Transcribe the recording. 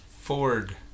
Ford